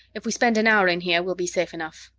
if we spend an hour in here, we'll be safe enough.